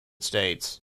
states